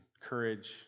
courage